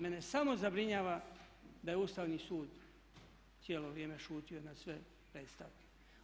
Mene samo zabrinjava da je Ustavni sud cijelo vrijeme šutio na sve predstavke.